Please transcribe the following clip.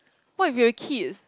what if your kids